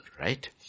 Right